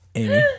Amy